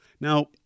Now